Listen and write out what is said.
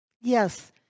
Yes